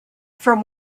from